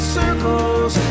circles